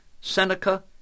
Seneca